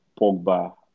Pogba